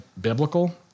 biblical